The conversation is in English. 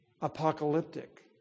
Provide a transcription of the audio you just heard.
apocalyptic